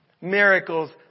Miracles